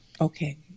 Okay